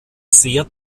sehr